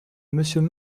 monsieur